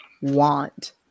want